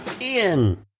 Ian